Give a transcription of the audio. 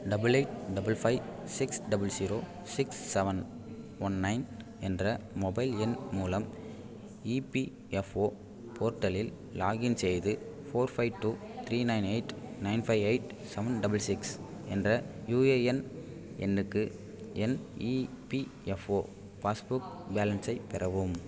double eight double five six double zero six seven one nine என்ற mobile எண் மூலம் EPFO போர்ட்டலில் login செய்து four five two three nine eight nine five eight seven double six என்ற UAN எண்ணுக்கு என் EPFO passbook பேலன்ஸை பெறவும்